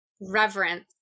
Reverence